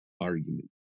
argument